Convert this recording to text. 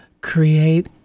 create